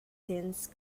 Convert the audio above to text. since